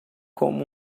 com